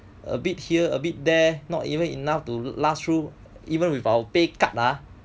a bit here a bit there not even enough to last through even with our pay cut ah